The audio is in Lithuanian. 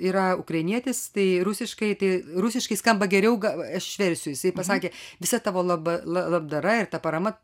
yra ukrainietis tai rusiškai tai rusiškai skamba geriau gal aš išversiu jisai pasakė visa tavo laba labdara ir ta parama